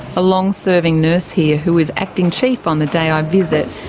a long serving nurse here who is acting chief on the day i visit,